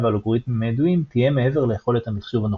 האלגוריתמים הידועים תהיה מעבר ליכולת המחשוב הנוכחית.